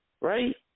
right